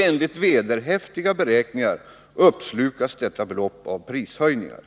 Enligt vederhäftiga beräkningar uppslukas detta belopp av prishöjningar.